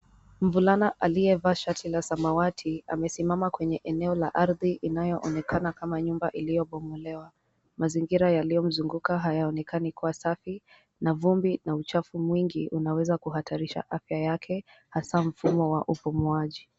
Mvulana aliyevaa shati la samawati amesimama kwenye eneo la ardhi inayoonekana kama nyumba iliyobomolewa. Mazingira yaliyomzunguka hayaonekani kuwa safi na vumbi na uchafu mwingi, unaweza kuhatarisha maisha yake hasa mfumo wa ufumuaji.